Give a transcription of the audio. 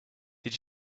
did